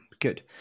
good